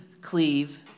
cleave